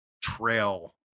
trail